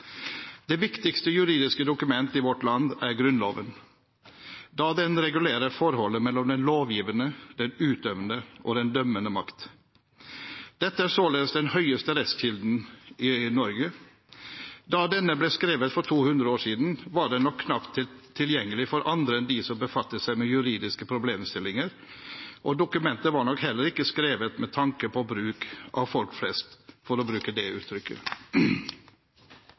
Det viktigste juridiske dokument i vårt land er Grunnloven, da den regulerer forholdet mellom den lovgivende, den utøvende og den dømmende makt. Dette er således den høyeste rettskilden i Norge. Da denne ble skrevet for 200 år siden, var den nok knapt tilgjengelig for andre enn dem som befattet seg med juridiske problemstillinger, og dokumentet var nok heller ikke skrevet med tanke på bruk av «folk flest», for å bruke det uttrykket.